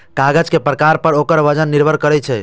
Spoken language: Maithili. कागज के प्रकार पर ओकर वजन निर्भर करै छै